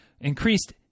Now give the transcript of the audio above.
increased